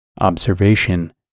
observation